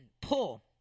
pull